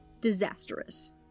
disastrous